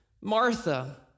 Martha